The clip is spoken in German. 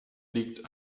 liegt